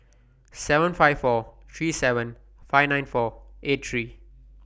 seven five four three seven five nine four eight three